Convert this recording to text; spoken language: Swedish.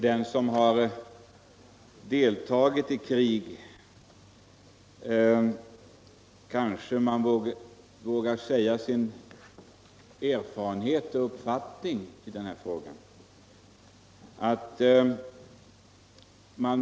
Den som har deltagit i krig kanske vågar ge uttryck åt sin uppfattning, grundad på erfarenhet.